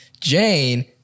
Jane